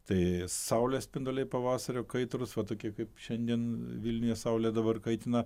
tai saulės spinduliai pavasario kaitrus va tokie kaip šiandien vilniuje saulė dabar kaitina